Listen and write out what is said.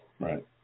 right